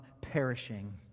perishing